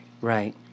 right